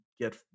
get